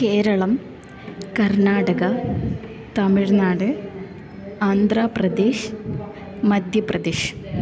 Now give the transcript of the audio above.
Keralam Karnataka Tamil Nadu Andhra Pradesh Madhya Pradesh